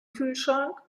kühlschrank